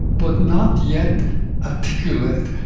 but not yet articulate.